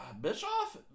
Bischoff